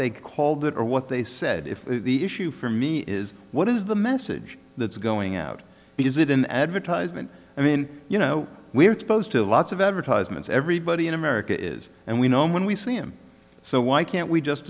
they called it or what they said if the issue for me is what is the message that's going out because it an advertisement i mean you know we're exposed to lots of advertisements everybody in america is the we know when we see him so why can't we just